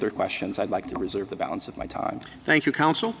further questions i'd like to reserve the balance of my time thank you counsel